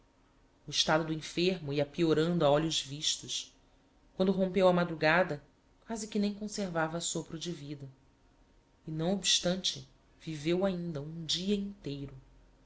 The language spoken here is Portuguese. o estado do infermo ia peorando a olhos vistos quando rompeu a madrugada quasi que nem conservava sopro de vida e não obstante viveu ainda um dia inteiro